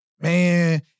man